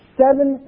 seven